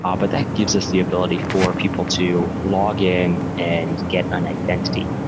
um but that gives us the ability for people to log in and get an identity.